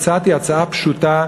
אני הצעתי הצעה פשוטה,